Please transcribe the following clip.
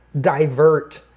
divert